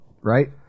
right